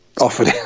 offered